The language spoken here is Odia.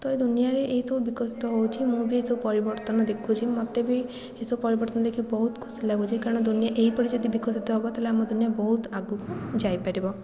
ତ ଏ ଦୁନିଆରେ ଏହିସବୁ ବିକଶିତ ହେଉଛି ମୁଁ ବି ଏସବୁ ପରିବର୍ତ୍ତନ ଦେଖୁଛି ମୋତେ ବି ଏସବୁ ପରିବର୍ତ୍ତନ ଦେଖି ବହୁତ ଖୁସି ଲାଗୁଛି କାରଣ ଦୁନିଆ ଏହିପରି ଯଦି ବିକଶିତ ହେବ ତା'ହେଲେ ଆମ ଦୁନିଆ ବହୁତ ଆଗକୁ ଯାଇପାରିବ